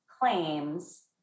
claims